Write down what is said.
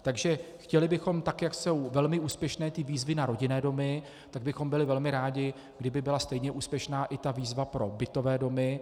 Takže chtěli bychom tak, jak jsou velmi úspěšné výzvy na rodinné domy, tak bychom byli velmi rádi, kdyby byla stejně úspěšná i výzva pro bytové domy.